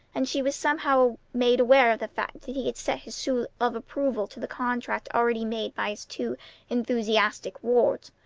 and she was somehow made aware of the fact that he had set his seal of approval to the contract already made by his two enthusiastic wards.